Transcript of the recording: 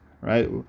right